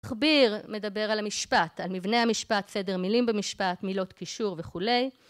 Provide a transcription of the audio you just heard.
חביר מדבר על המשפט, על מבנה המשפט, סדר מילים במשפט, מילות קישור וכולי